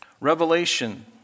Revelation